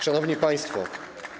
Szanowni Państwo!